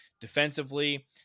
defensively